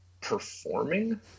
performing